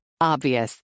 Obvious